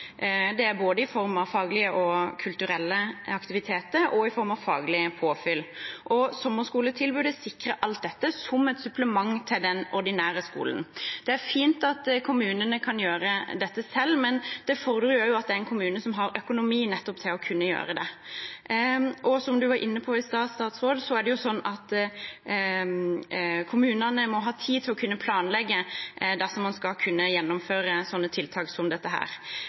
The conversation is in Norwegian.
både i form av faglige og kulturelle aktiviteter og i form av faglig påfyll. Sommerskoletilbudet sikrer alt dette, som et supplement til den ordinære skolen. Det er fint at kommunene kan gjøre dette selv, men det fordrer jo at det er en kommune som har økonomi til å kunne gjøre det. Og som statsråden var inne på i stad, må jo kommunene ha tid til å kunne planlegge dersom man skal kunne gjennomføre tiltak som dette,